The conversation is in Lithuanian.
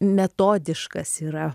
metodiškas yra